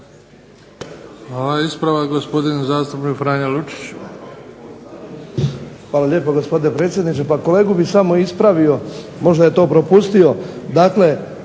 Hvala. Ispravak gospodin zastupnik Franjo Lucić. **Lucić, Franjo (HDZ)** Hvala lijepo gospodine predsjedniče. Pa kolegu bih samo ispravio, možda je to propustio, dakle